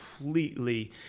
completely